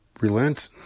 relent